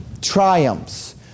triumphs